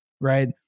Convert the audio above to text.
right